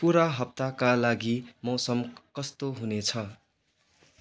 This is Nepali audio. पुरा हप्ताका लागि मौसम कस्तो हुने छ